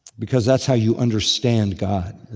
because that's how you understand god.